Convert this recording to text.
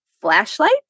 flashlight